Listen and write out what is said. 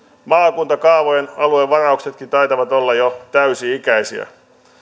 maakuntakaavojen aluevarauksetkin taitavat olla jo täysi ikäisiä